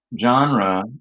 genre